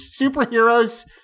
superheroes